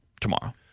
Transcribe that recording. tomorrow